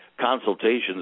Consultations